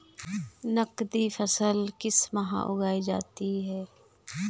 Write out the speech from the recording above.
नकदी फसल किस माह उगाई जाती है?